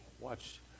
watch